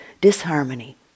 disharmony